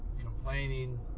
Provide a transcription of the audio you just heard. complaining